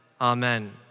Amen